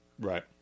Right